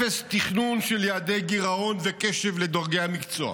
אפס תכנון של יעדי גירעון וקשב לדרגי המקצוע,